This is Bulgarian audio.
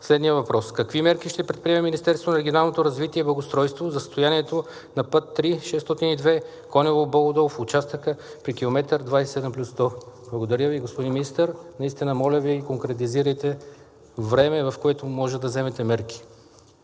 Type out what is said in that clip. следния въпрос: какви мерки ще предприеме Министерството на регионалното развитие и благоустройство за състоянието на път III-602 Коняво – Бобов дол в участъка при към км 27+100? Благодаря Ви, господин Министър, наистина, моля Ви, конкретизирайте време, в което може да вземете мерки.